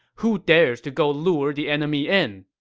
who dares to go lure the enemy in?